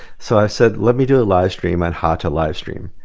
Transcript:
so i said let me do a live stream on how to live stream,